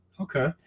Okay